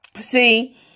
See